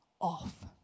off